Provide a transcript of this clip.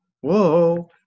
Whoa